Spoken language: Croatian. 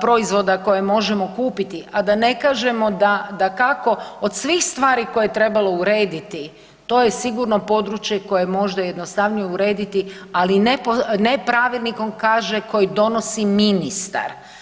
proizvoda koje možemo kupiti a da ne kažemo dakako, od svih stvari koje je trebalo urediti, to je sigurno područje koje je može jednostavnije urediti ali ne pravilnikom, kaže koji donosi ministar.